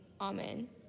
Amen